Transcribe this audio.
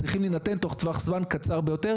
צריכים להינתן תוך זמן קצר ביותר,